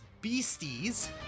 Beasties